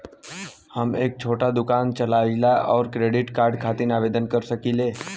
हम एक छोटा दुकान चलवइले और क्रेडिट कार्ड खातिर आवेदन कर सकिले?